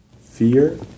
Fear